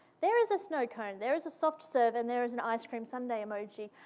there is a snocone, there is a soft serve and there is an ice cream sundae emoji.